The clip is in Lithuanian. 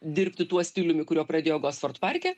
dirbti tuo stiliumi kuriuo pradėjo gosford parke